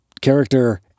character